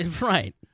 Right